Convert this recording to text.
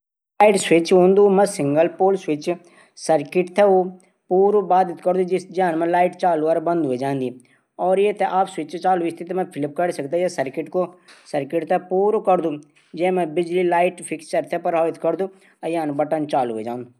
एक जूता अलग अलग भाग हूंदा जूता ऊफर भाग जू पैर थै ढकदू। अपर बुलदा। टोंग जीभ वह भाग जो ऐंचो भाग बीच मां हूदा। लेस फीता जूता थै बांधण काम मा आंदू।